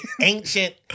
ancient